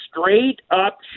straight-up